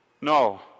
No